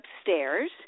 upstairs